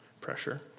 pressure